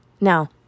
Now